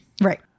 Right